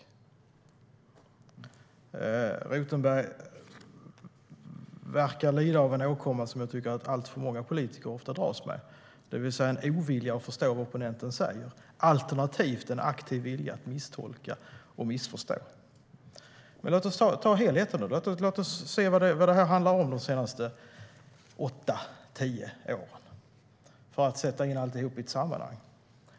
Hans Rothenberg verkar lida av en åkomma som alltför många politiker ofta dras med, nämligen en ovilja att förstå vad opponenten säger, alternativt en aktiv vilja att misstolka och missförstå. Låt oss ta helheten och se vad detta handlar om och se det i ett sammanhang över de senaste åtta till tio åren.